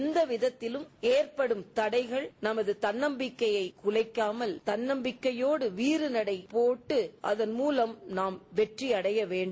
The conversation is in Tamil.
எந்தவிதத்திலும் எற்படும் தடைகள் நமது தன்னம்பிக்கையை குலைக்காமல் தன்னம்பிக்கையோடு வீற்றடையோட்டு அதன் மூலம் நாம் வெற்றியடைய வேன்டும்